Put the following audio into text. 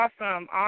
Awesome